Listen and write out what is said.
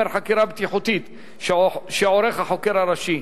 חקירה בטיחותית שעורך החוקר הראשי,